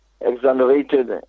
exonerated